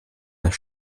das